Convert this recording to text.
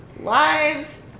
lives